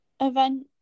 event